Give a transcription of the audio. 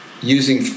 using